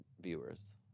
viewers